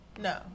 No